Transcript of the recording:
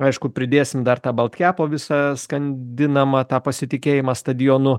aišku pridėsime dar tą baltkepo visą skandinamą tą pasitikėjimą stadionu